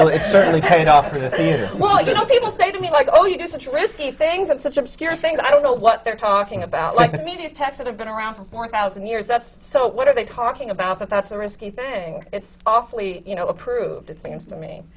ah it's certainly paid off for the theatre. well, you know, people say to me, like, oh, you do such risky things and such obscure things. i don't know what they're talking about. like, to me, these texts that have been around for four thousand year, that's so what are they talking about, that that's a risky thing? it's awfully, you know, approved, it seems to me.